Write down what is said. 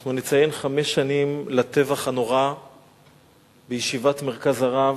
אנחנו נציין חמש שנים לטבח הנורא בישיבת "מרכז הרב",